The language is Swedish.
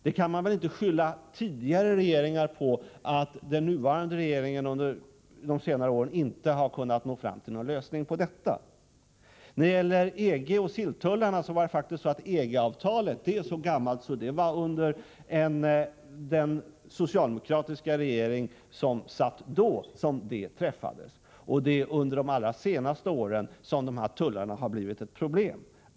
Man kan väl inte skylla tidigare regeringar för att den nuvarande regeringen under de senare åren inte har kunnat nå fram till någon lösning på detta problem. När det gäller EG och silltullarna är faktiskt EG-avtalet så gammalt att det träffades under den tidigare socialdemokratiska regeringens tid, men det är under de allra senaste åren som dessa tullar har blivit ett problem.